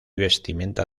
vestimenta